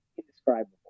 indescribable